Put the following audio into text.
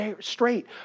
straight